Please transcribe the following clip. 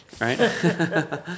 right